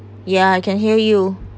yeah I can hear you